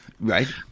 Right